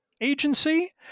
agency